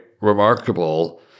remarkable